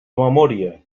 memòria